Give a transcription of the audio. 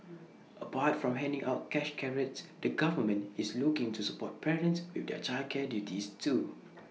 apart from handing out cash carrots the government is looking to support parents with their childcare duties too